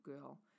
girl